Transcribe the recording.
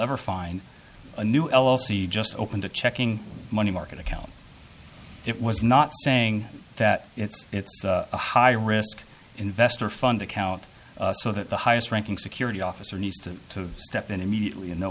ever find a new l l c just opened a checking money market account it was not saying that it's a high risk investor fund account so that the highest ranking security officer needs to step in immediately and know